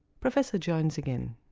professor jones again.